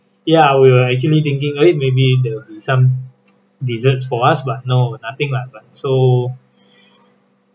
ya I were actually thinking eh maybe there will be some desserts for us but no nothing lah so